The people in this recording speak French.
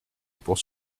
pour